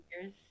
years